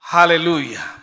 Hallelujah